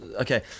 okay